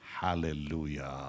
Hallelujah